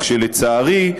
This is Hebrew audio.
רק שלצערי,